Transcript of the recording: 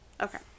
Okay